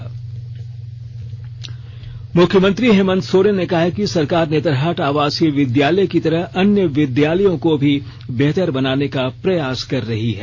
से स मुख्यमंत्री हेमंत सोरेन ने कहा है कि सरकार नेतरहाट आवासीय विद्यालय की तरह अन्य विद्यालयों को भी बेहतर बनाने का प्रयास कर रही है